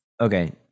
okay